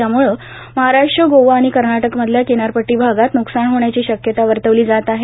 यामुळं महाराष्ट्र गोवा आणि कर्नाटकमधल्या किनारपट्टी भागात न्कसान होण्याची शक्यता वर्तवली जात आहे